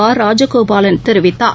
R Rajagopalan தெரிவித்தார்